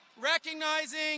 recognizing